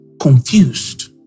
confused